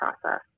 process